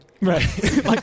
Right